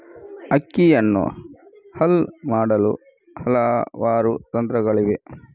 ಅಕ್ಕಿಯನ್ನು ಹಲ್ ಮಾಡಲು ಹಲವಾರು ತಂತ್ರಗಳಿವೆ